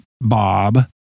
Bob